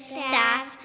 staff